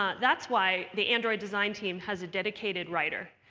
ah that's why the android design team has a dedicated writer,